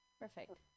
Perfect